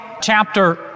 chapter